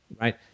Right